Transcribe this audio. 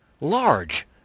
large